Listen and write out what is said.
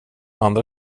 andra